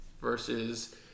versus